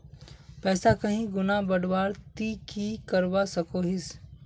पैसा कहीं गुणा बढ़वार ती की करवा सकोहिस?